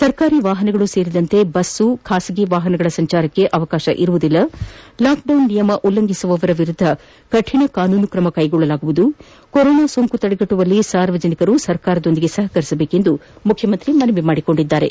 ಸರ್ಕಾರಿ ವಾಹನಗಳು ಸೇರಿದಂತೆ ಬಸ್ ಖಾಸಗಿ ವಾಹನಗಳ ಸಂಚಾರಕ್ಕೆ ಅವಕಾಶ ನೀಡುವುದಿಲ್ಲ ಲಾಕ್ಡೌನ್ ನಿಯಮ ಉಲ್ಲಂಘಿಸುವವರ ವಿರುದ್ದ ಕಠಿಣ ಕಾನೂನು ಕ್ರಮ ಕೈಗೊಳ್ಳಲಾಗುವುದು ಕೊರೋನಾ ಸೋಂಕು ತಡೆಗಣ್ಟುವಲ್ಲಿ ಸಾರ್ವಜನಿಕರು ಸರ್ಕಾರದೊಂದಿಗೆ ಸಹಕರಿಸಬೇಕೆಂದು ಮುಖ್ಯಮಂತ್ರಿ ಮನವಿ ಮಾದಿದ್ದಾರೆ